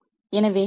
'